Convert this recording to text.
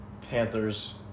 Panthers